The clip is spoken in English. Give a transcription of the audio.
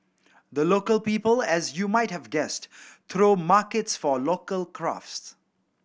the Local People as you might have guessed throw markets for local crafts